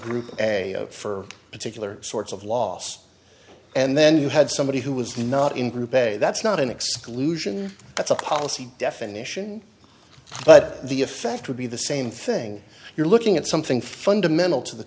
group a for particular sorts of loss and then you had somebody who was not in group a that's not an exclusion that's a policy definition but the effect would be the same thing you're looking at something fun to annele to the